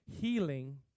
healing